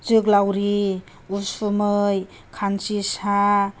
जोग्लावरि उसुमै खानसिसा